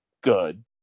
good